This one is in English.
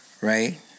right